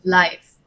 life